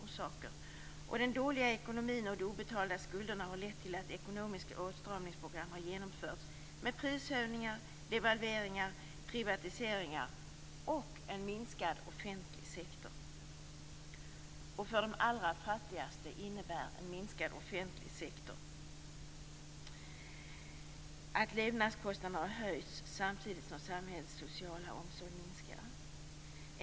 Den dåliga ekonomin och de obetalda skulderna har lett till att ekonomiska åtstramningsprogram har genomförts med prisökningar, devalveringar, privatiseringar och en minskad offentlig sektor. För de allra fattigaste länderna innebär en minskad offentlig sektor att levnadskostnaderna har höjts, samtidigt som samhällets sociala omsorg minskar.